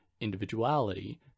individuality